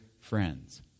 friends